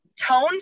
tone